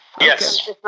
Yes